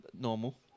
normal